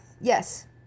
yes